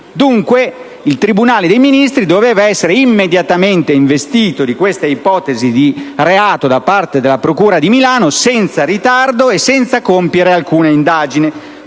Dunque, il tribunale dei Ministri doveva essere immediatamente investito di questa ipotesi di reato da parte della procura di Milano, senza ritardo e senza compiere alcuna indagine.